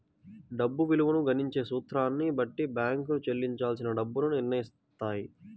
డబ్బు విలువను గణించే సూత్రాన్ని బట్టి బ్యేంకులు చెల్లించాల్సిన డబ్బుని నిర్నయిత్తాయి